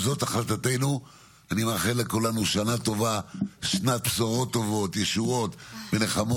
לשתף אתכם, כדי שנזכור בכל רגע נתון את חטופינו.